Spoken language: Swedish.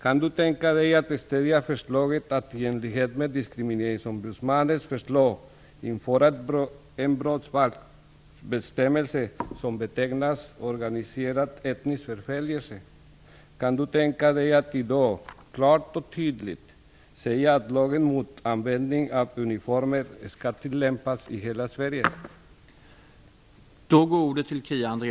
Kan justitieministern tänka sig att stödja förslaget att i enlighet med diskrimineringsombudsmannens förslag införa en brottsbalksbestämmelse som betecknas "organiserad etnisk förföljelse"? Kan justitieministern tänka sig att i dag klart och tydligt säga att lagen mot användning av uniformer skall tillämpas i hela Sverige?